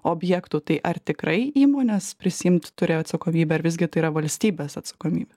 objektų tai ar tikrai įmonės prisiimt turėjo atsakomybę ar visgi tai yra valstybės atsakomybė